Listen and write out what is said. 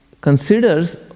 considers